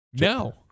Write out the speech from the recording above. No